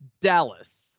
Dallas